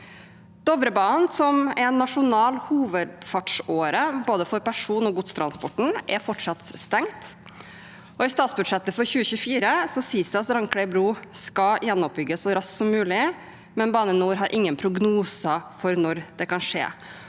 Dovrebanen, som er en nasjonal hovedfartsåre for både person- og godstrans porten, er fortsatt stengt. I statsbudsjettet for 2024 sies det at Randklev bru skal gjenoppbygges så raskt som mulig, men Bane NOR har ingen prognoser for når det kan skje.